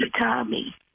Tommy